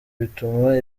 bituma